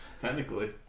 technically